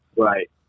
Right